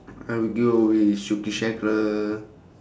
I will go with